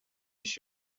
ich